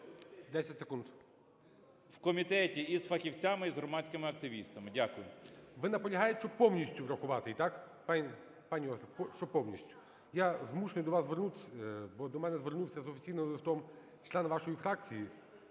М.Л. ...в комітеті і з фахівцями, і з громадськими активістами. Дякую. ГОЛОВУЮЧИЙ. Ви наполягаєте, щоб повністю врахувати, так? Пані Ольга, щоб повністю? Я змушений до вас звернутися, бо до мене звернувся з офіційним листом член вашої фракції